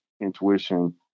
intuition